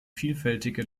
vielfältige